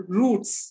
roots